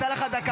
הייתה לך דקה.